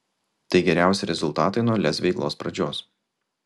tai geriausi rezultatai nuo lez veiklos pradžios